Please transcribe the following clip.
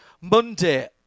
Monday